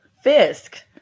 Fisk